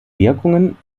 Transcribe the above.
wirkungen